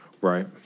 Right